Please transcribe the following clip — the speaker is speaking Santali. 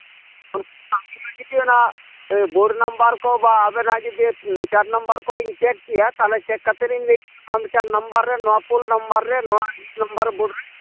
ᱩᱱᱠᱩ ᱵᱷᱟᱜᱮ ᱧᱚᱜ ᱡᱩᱫᱤ ᱚᱱᱟ ᱵᱳᱲ ᱱᱟᱢᱵᱟᱨ ᱠᱚ ᱵᱟ ᱟᱵᱮᱱᱟᱜ ᱡᱩᱫᱤ ᱢᱤᱴᱟᱨ ᱱᱟᱢᱵᱟᱨ ᱠᱚᱞᱤᱧ ᱪᱮᱠ ᱠᱮᱭᱟ ᱛᱟᱞᱦᱮ ᱪᱮᱠ ᱠᱟᱛᱮ ᱞᱤᱧ ᱞᱟᱹᱭ ᱠᱮᱭᱟ ᱡᱮ ᱱᱚᱣᱟ ᱢᱤᱴᱟᱨ ᱱᱟᱢᱵᱟᱨ ᱱᱚᱣᱟ ᱯᱳᱞ ᱱᱟᱢᱵᱟᱨ ᱨᱮ ᱱᱚᱣᱟ ᱤᱭᱟᱹ ᱱᱟᱢᱵᱟᱨ ᱤᱭᱟᱹ ᱱᱟᱢᱵᱟᱨ ᱵᱳᱲ ᱨᱮ